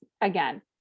again